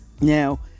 Now